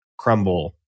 Crumble